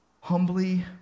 humbly